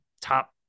top